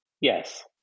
Yes